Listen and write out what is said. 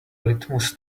litmus